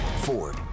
Ford